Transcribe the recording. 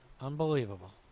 unbelievable